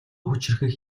хүчирхэг